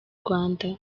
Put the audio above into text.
rwanda